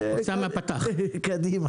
אחמד טיבי,